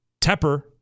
Tepper